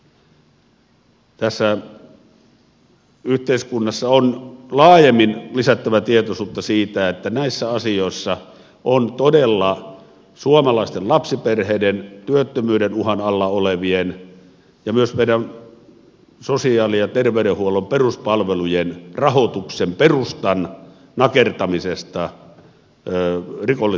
tässä yhteiskunnassa on laajemmin lisättävä tietoisuutta siitä että näissä asioissa on todella kyse suomalaisten lapsiperheiden työttömyyden uhan alla olevien ja myös meidän sosiaali ja terveydenhuollon peruspalvelujen rahoituksen perustan nakertamisesta rikollisella tavalla